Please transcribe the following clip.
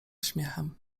śmiechem